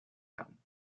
holme